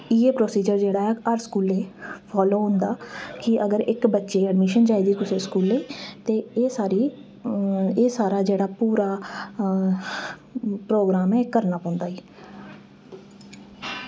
इ'यै प्रोसीजर जेह्ड़ा हर स्कूलें फॉलो होंदा कि अगर इक बच्चे ई एडमिशन चाहिदी कुसै स्कूलै गी ते एह् सारी एह् सारा जेह्ड़ा पूरा प्रोग्राम ऐ एह् करना पौंदा